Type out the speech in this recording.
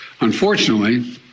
Unfortunately